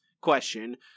question